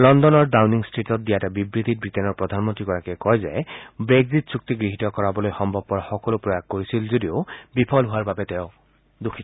লণ্ডনৰ ডাউনিং ট্টিটত দিয়া এটা বিবৃতিত ব্ৰিটেইনৰ প্ৰধানমন্ত্ৰীগৰাকীয়ে কয় যে ব্ৰেগজিত চুক্তি গৃহীত কৰাবলৈ সম্ভবপৰ সকলো প্ৰয়াস কৰিছিল যদিও বিফল হোৱাৰ বাবে তেওঁ দুখিত